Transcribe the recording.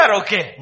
okay